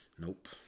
Nope